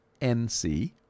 NC